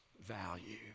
value